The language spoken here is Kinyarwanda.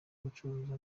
gucuruza